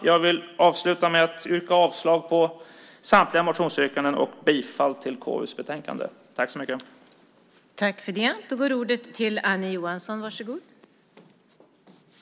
Jag vill avsluta med att yrka avslag på samtliga motionsyrkanden och bifall till förslaget i konstitutionsutskottets betänkande.